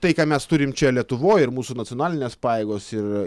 tai ką mes turim čia lietuvoj ir mūsų nacionalinės pajėgos ir